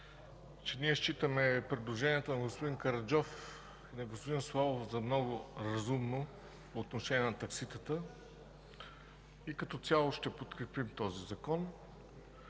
че ние считаме предложението на господин Караджов и на господин Славов за много разумно по отношение на такситата. Като цяло ще подкрепим този Закон,